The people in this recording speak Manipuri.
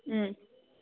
ꯎꯝ